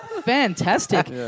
Fantastic